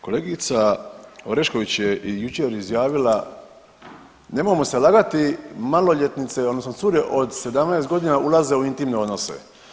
Kolegica Orešković je jučer izjavila, nemojmo se lagati, maloljetnice, odnosno cure od 17 godina ulaze u intimne odnose.